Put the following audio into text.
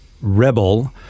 Rebel